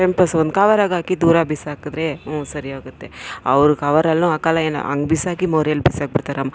Pampers ಒಂದು ಕವರಗೆ ಹಾಕಿ ದೂರ ಬಿಸಾಕಿದ್ರೆ ಹ್ಞೂ ಸರಿ ಹೋಗುತ್ತೆ ಅವರು ಕವರಲ್ಲು ಹಾಕೋಲ್ಲ ಏನು ಹಂಗೆ ಬಿಸಾಕಿ ಮೋರಿಯಲ್ಲಿ ಬಿಸಾಕಿ ಬಿಡ್ತಾರಮ್ಮ